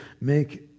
make